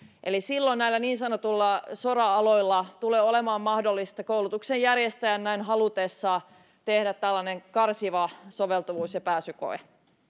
eli silloin näillä niin sanotuilla sora aloilla tulee olemaan mahdollista koulutuksen järjestäjän näin halutessaan tehdä tällainen karsiva soveltuvuus ja pääsykoe